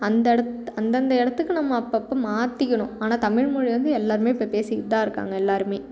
அந்த இடத்து அந்தந்த இடத்துக்கு நம்ம அப்பப்போ மாற்றிக்கணும் ஆனால் தமிழ் மொழி வந்து எல்லாருமே இப்போ பேசிக்கிட்டு தான் இருக்காங்க எல்லாருமே